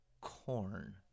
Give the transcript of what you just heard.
corn